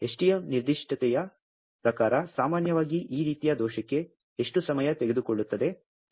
SDM ನಿರ್ದಿಷ್ಟತೆಯ ಪ್ರಕಾರ ಸಾಮಾನ್ಯವಾಗಿ ಈ ರೀತಿಯ ದೋಷಕ್ಕೆ ಎಷ್ಟು ಸಮಯ ತೆಗೆದುಕೊಳ್ಳುತ್ತದೆ